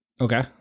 Okay